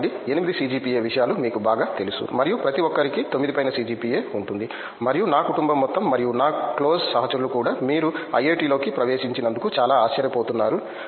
5 నుండి 8 సిజిపిఎ విషయాలు మీకు బాగా తెలుసు మరియు ప్రతి ఒక్కరికి 9 పైన సిజిపిఎ ఉంటుంది మరియు నా కుటుంబం మొత్తం మరియు నా కోల్లెజ్ సహచరులు కూడా మీరు ఐఐటిలోకి ప్రవేశించినందుకు చాలా ఆశ్చర్యపోతున్నారు